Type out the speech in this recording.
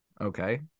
Okay